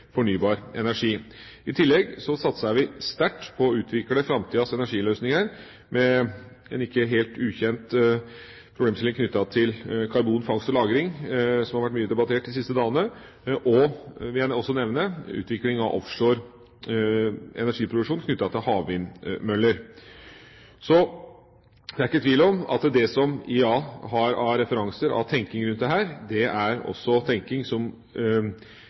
fornybar energi. I tillegg satser vi sterkt på å utvikle framtidas energiløsninger, med en ikke helt ukjent problemstilling knyttet til karbonfangst og -lagring, som har vært mye debattert de siste dagene, og – vil jeg også nevne – utvikling av offshore energiproduksjon knyttet til havvindmøller. Så det er ikke tvil om at det IEA har av referanser, av tenkning rundt dette, er tenkning som også